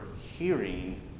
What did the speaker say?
hearing